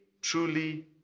truly